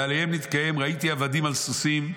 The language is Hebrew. ועליהם נתקיים 'ראיתי עבדים על סוסים'.